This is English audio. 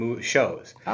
Shows